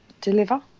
deliver